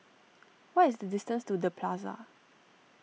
what is the distance to the Plaza